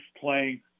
playing